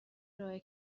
ارائه